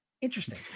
interesting